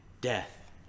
death